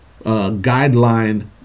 guideline